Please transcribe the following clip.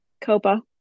COPA